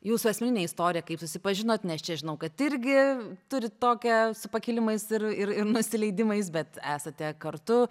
jūsų asmeninę istoriją kaip susipažinot nes čia žinau kad irgi turit tokią su pakilimais ir ir ir nusileidimais bet esate kartu